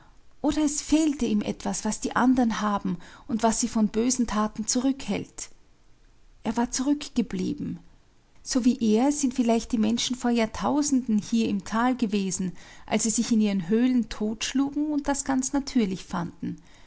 oder es fehlte ihm etwas was die anderen haben und was sie von bösen taten zurückhält er war zurückgeblieben so wie er sind vielleicht die menschen vor jahrtausenden hier im tal gewesen als sie sich in ihren höhlen totschlugen und das ganz natürlich fanden